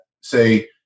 say